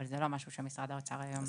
אבל זה לא משהו שמשרד האוצר עושה היום.